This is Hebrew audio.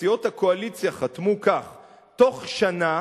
אז סיעות הקואליציה חתמו כך "תוך שנה